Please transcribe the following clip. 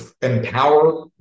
empower